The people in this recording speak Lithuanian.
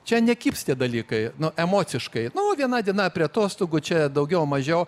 čia nekibs tie dalykai nu emociškai viena diena prie atostogų čia daugiau mažiau